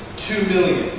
two million.